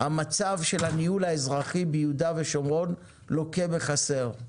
מצב הניהול האזרחי ביהודה ושומרון לוקה בחסר.